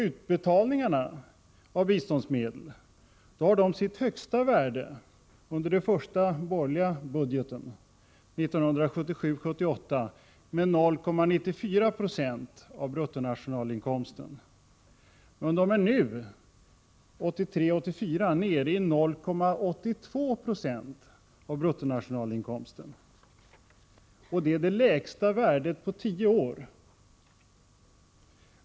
Utbetalningarna av biståndsmedel hade sitt högsta värde i den första borgerliga budgeten för 1977 84 nere i 0,82 90, vilket är det lägsta värdet på tio år.